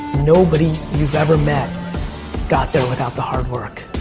nobody you've ever met got there without the hard work.